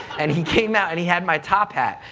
and he came out, and he had my top hat,